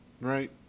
right